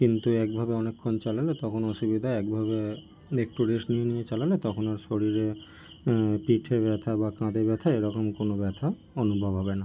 কিন্তু একভাবে অনেকক্ষণ চালালে তখন অসুবিধা একভাবে একটু রেস্ট নিয়ে নিয়ে চালালে তখন আর শরীরে পিঠে ব্যথা বা কাঁধে ব্যথা এরকম কোনো ব্যথা অনুভব হবে না